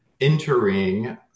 entering